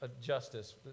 justice